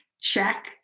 Check